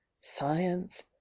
science